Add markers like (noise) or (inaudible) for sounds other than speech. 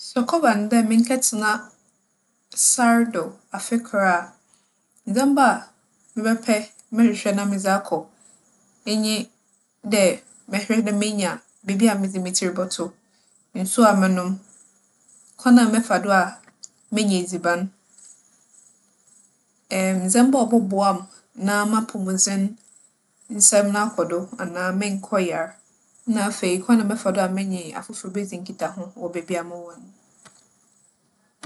Sɛ ͻkͻba no dɛ menkɛtsena sar do afe kor a, ndzɛmba a mebɛpɛ, mɛhwehwɛ na medze akͻ nye dɛ mɛhwɛ dɛ menya beebi a medze me tsir bͻto, nsu mͻnom, kwan a mɛfa do a menya edziban, (hesitation) ndzɛmba a ͻbͻboa me na m'apͻwmudzensɛm no akͻ do anaa mennkͻyar. Na afei, kwan a mɛfa do a menye afofor bedzi nkitaho wͻ beebi a mowͻ no.